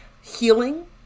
healing